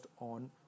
on